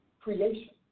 creation